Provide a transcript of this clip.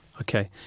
Okay